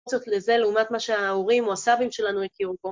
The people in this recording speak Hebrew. קצת לזה לעומת מה שההורים או הסבים שלנו הכירו פה.